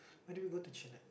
where do we go to chill at